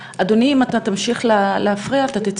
אדוני, אם אתה תמשיך להפריע, אתה תצא